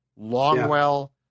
Longwell